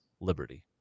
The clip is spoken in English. liberty